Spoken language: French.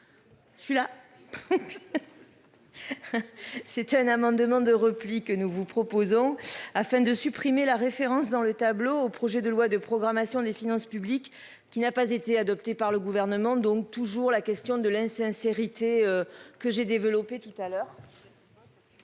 Je suis là. C'était un amendement de repli que nous vous proposons afin de supprimer la référence dans le tableau au projet de loi de programmation des finances publiques qui n'a pas été adopté par le gouvernement. Donc toujours la question de l'insincérité. Que j'ai développé tout à l'heure.